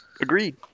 Agreed